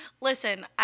Listen